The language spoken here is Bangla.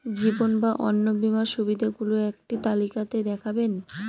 জীবন বা অন্ন বীমার সুবিধে গুলো একটি তালিকা তে দেখাবেন?